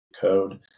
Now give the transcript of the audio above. code